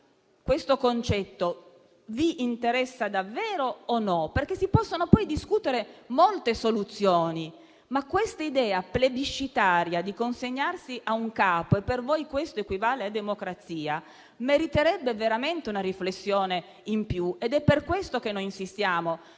questo concetto, vi interessa davvero o no? Si possono poi discutere molte soluzioni, ma quest'idea plebiscitaria di consegnarsi a un capo che per voi equivale a democrazia meriterebbe veramente una riflessione in più. È per questo che noi insistiamo: